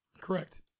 Correct